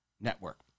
Network